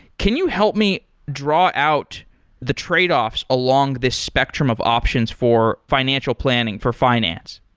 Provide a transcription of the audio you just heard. can you help me draw out the tradeoffs along this spectrum of options for financial planning for finance?